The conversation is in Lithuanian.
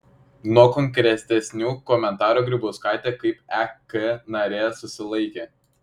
nuo konkretesnių komentarų grybauskaitė kaip ek narė susilaikė